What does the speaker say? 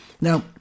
Now